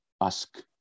Ask